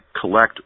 collect